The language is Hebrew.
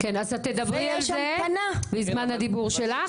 כן, אז את תדברי על זה, בזמן הדיבור שלך.